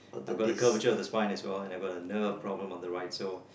I got a curvature of the spine as well and I got a nerve problem on my right so